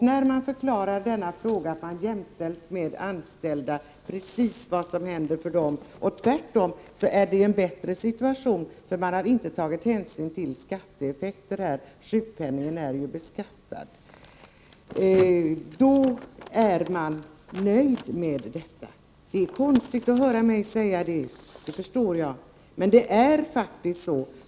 När man förklarar att pensionärerna härmed jämställs med anställda, och därmed har en bättre situation eftersom man inte tagit hänsyn till skatteeffekter — sjukpenningen är ju beskattad — då har pensionärerna varit nöjda med detta. Jag förstår att ni kan tycka att det är konstigt att höra mig säga detta, men det är faktiskt så.